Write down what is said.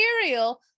material